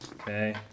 Okay